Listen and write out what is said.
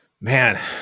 Man